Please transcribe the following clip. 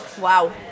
Wow